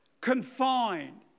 confined